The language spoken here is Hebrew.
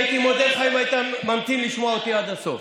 הייתי מודה לך אם היית ממתין לשמוע אותי עד הסוף.